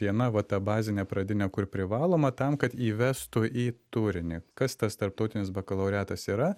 viena va ta bazinė pradinė kur privaloma tam kad įvestų į turinį kas tas tarptautinis bakalaureatas yra